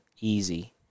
easy